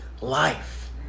life